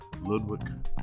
Ludwig